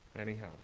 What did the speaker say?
Anyhow